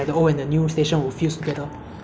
train station to go to malaysia in the past